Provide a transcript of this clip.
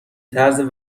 طرز